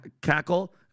cackle